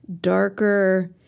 darker